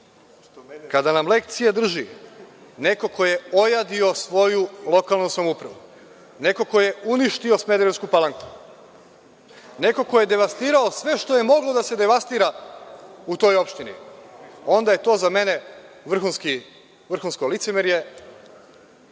nam lekcije drži neko ko je ojadio svoju lokalnu samoupravu, neko ko je uništio Smederevsku Palanku. Neko ko je devastirao sve što je moglo da se devastira u toj opštini, onda je to za mene vrhunsko licemerje